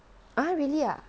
ah really ah